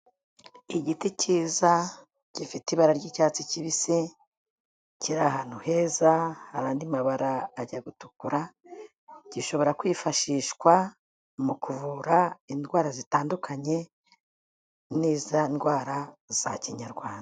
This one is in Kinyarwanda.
Igiti kiza gifite ibara ry'icyatsi kibis,i kiri ahantu heza, hari andi mabara ajya gutukura, gishobora kwifashishwa mu kuvura indwara zitandukanye, ni za ndwara za Kinyarwanda.